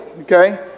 okay